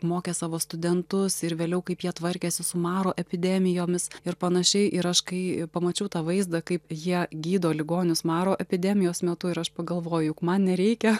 mokė savo studentus ir vėliau kaip jie tvarkėsi su maro epidemijomis ir panašiai ir aš kai pamačiau tą vaizdą kaip jie gydo ligonius maro epidemijos metu ir aš pagalvoju juk man nereikia